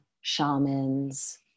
shamans